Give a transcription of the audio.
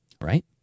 right